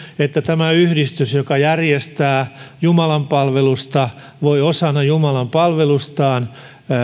että yhdistys joka järjestää jumalanpalvelusta voi osana jumalanpalvelustaan